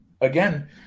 again